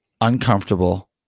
uncomfortable